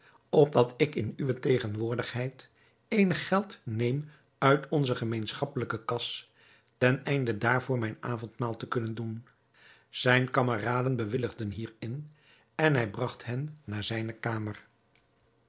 opdat ik in uwe tegenwoordigheid eenig geld neem uit onze gemeenschappelijke kas ten einde daarvoor mijn avondmaal te kunnen doen zijne kameraden bewilligden hierin en hij bragt hen naar zijne kamer